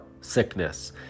sickness